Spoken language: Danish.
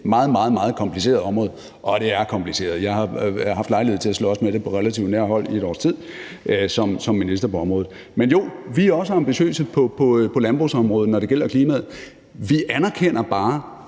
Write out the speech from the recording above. i det meget, meget komplicerede område – og det er kompliceret. Jeg har haft lejlighed til at slås med det på relativt nært hold i et års tid som minister på området. Men jo, vi er også ambitiøse på landbrugsområdet, når det gælder klimaet. Vi anerkender bare,